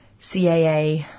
CAA